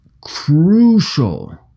crucial